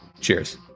Cheers